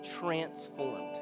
transformed